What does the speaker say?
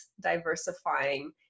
diversifying